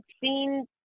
seen